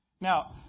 Now